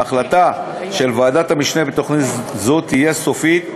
החלטתה של ועדת המשנה בתוכנית זו תהיה סופית,